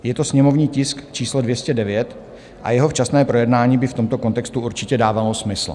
Je to sněmovní tisk číslo 209 a jeho včasné projednání by v tomto kontextu určitě dávalo smysl.